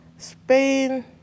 Spain